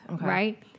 right